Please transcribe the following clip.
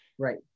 Right